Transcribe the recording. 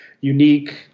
unique